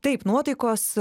taip nuotaikos